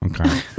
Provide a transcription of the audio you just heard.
Okay